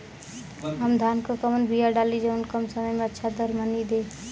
हम धान क कवन बिया डाली जवन कम समय में अच्छा दरमनी दे?